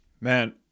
man